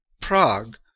Prague